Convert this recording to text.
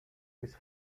his